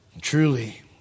Truly